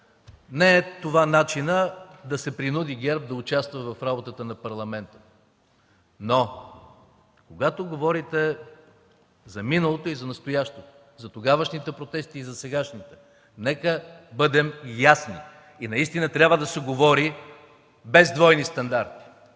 Не е това начинът да се принуди ГЕРБ да участва в работата на Парламента. Но когато говорите за миналото и за настоящето, за тогавашните и за сегашните протести, нека бъдем ясни и наистина трябва да се говори без двойни стандарти.